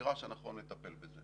המגרש הנכון לטפל בזה